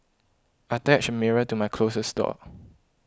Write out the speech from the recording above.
I attached a mirror to my closest door